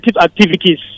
activities